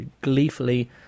gleefully